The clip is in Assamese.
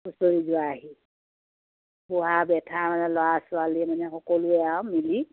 হুঁচৰি গোৱা আহি বুঢ়া বেথা মানে ল'ৰা ছোৱালীয়ে মানে সকলোৱে আৰু মিলি